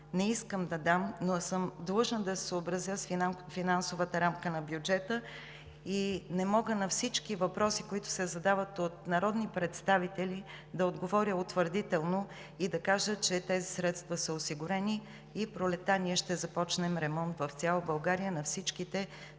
не искам да дам, но съм длъжна да се съобразя с финансовата рамка на бюджета. Не мога на всички въпроси, които се задават от народни представители, да отговоря утвърдително и да кажа, че тези средства са осигурени и през пролетта ние ще започнем ремонт в цяла България на всички нуждаещи